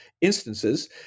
instances